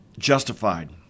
justified